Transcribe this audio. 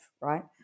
right